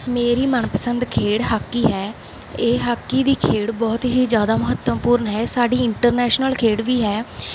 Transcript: ਮੇਰੀ ਮਨਪਸੰਦ ਖੇਡ ਹਾਕੀ ਹੈ ਇਹ ਹਾਕੀ ਦੀ ਖੇਡ ਬਹੁਤ ਹੀ ਜ਼ਿਆਦਾ ਮਹੱਤਵਪੂਰਨ ਹੈ ਸਾਡੀ ਇੰਟਰਨੈਸ਼ਨਲ ਖੇਡ ਵੀ ਹੈ